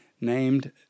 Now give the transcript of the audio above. named